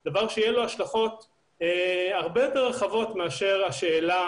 שהוא דבר שיהיו לו השלכות הרבה יותר רחבות מאשר השאלה